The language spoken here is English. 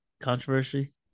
controversy